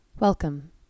Welcome